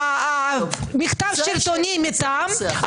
--- שלטוני מטעם,